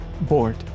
bored